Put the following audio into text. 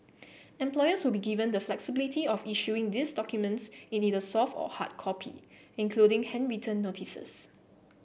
employers will be given the flexibility of issuing these documents in either soft or hard copy including handwritten notices